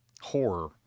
horror